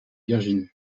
virginie